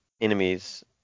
enemies